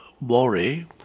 worry